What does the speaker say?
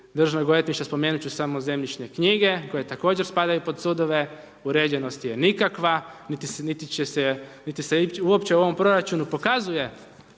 Državnog odvjetništva, spomenut ću samo zemljišne knjige, koje također spadaju pod sudove, uređenost je nikakva niti se uopće u ovom proračunu pokazuje